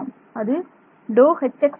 அது ∂Hx∂y